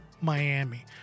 Miami